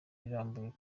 irambuye